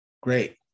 Great